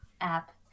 app